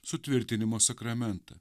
sutvirtinimo sakramentą